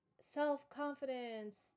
self-confidence